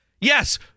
yes